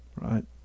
right